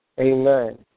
Amen